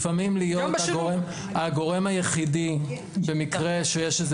לפעמים להיות הגורם היחידי במקרה שיש איזה